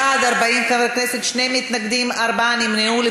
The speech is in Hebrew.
בעד, 40 חברי כנסת, שני מתנגדים, ארבעה נמנעו.